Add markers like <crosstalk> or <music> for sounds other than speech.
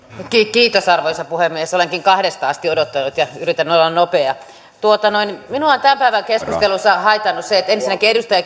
kiitos arvoisa puhemies olenkin kahdesta asti odottanut ja yritän olla nopea minua on tämän päivän keskustelussa haitannut se että ensinnäkin edustaja <unintelligible>